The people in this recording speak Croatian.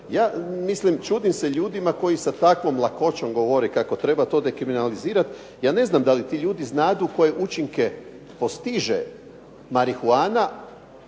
Ja mislim čudim se ljudima koji sa takvom lakoćom govore kako to treba dekriminalizirati. Ja ne znam da li ti ljudi znadu koje učinke postiže marihuana,